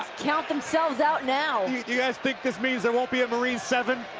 count themselves out now. you guys think this means there won't be a marine seven.